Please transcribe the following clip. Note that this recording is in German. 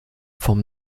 vom